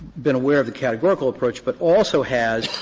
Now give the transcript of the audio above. been aware of the categorical approach, but also has,